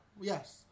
yes